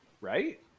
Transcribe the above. right